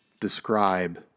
describe